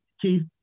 Keith